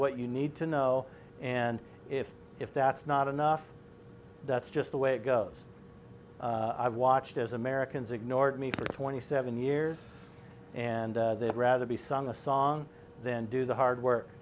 what you need to know and if if that's not enough that's just the way it goes i've watched as americans ignored me for twenty seven years and they'd rather be sung a song then do the hard work